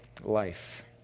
life